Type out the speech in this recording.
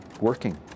working